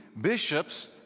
bishops